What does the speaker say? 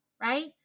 right